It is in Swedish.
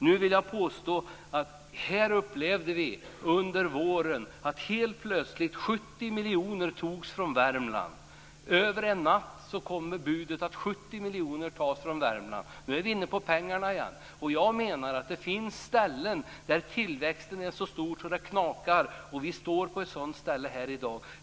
Nu vill jag påstå att vi under våren upplevde att Över en natt kom budet att 70 miljoner skulle tas bort från Värmland. Nu är jag inne på pengarna igen. Jag menar att det finns ställen där tillväxten är så stor att det knakar. Vi finns på ett sådant ställe nu.